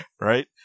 right